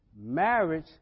Marriage